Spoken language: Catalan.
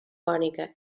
cònica